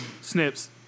Snips